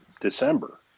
December